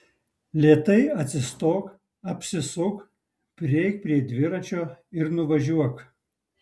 lėtai atsistok apsisuk prieik prie dviračio ir nuvažiuok